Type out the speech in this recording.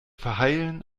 verheilen